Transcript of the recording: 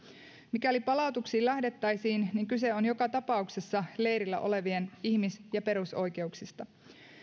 mikäli palautuksiin lähdettäisiin kyse on joka tapauksessa leirillä olevien ihmis ja perusoikeuksista